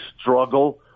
struggle